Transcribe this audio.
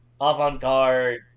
avant-garde